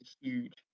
huge